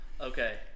Okay